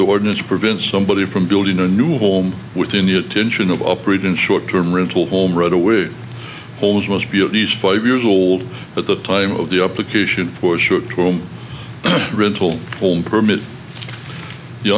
the ordinance prevent somebody from building a new home within the attention of operate in short term rental home right away homes must be of use five years old at the time of the up locution for short term rental home permit you